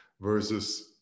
versus